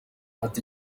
ati